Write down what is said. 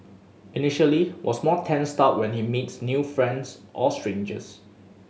initially was more tensed up when he meets new friends or strangers